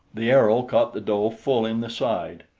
the arrow caught the doe full in the side,